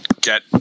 get